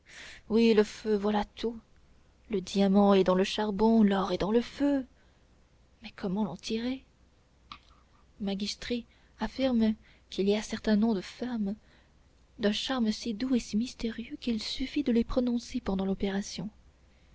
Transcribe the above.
oui le feu voilà tout le diamant est dans le charbon l'or est dans le feu mais comment l'en tirer magistri affirme qu'il y a certains noms de femme d'un charme si doux et si mystérieux qu'il suffit de les prononcer pendant l'opération